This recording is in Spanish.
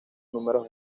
números